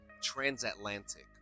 transatlantic